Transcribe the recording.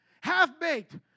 Half-baked